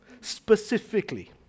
specifically